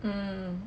hmm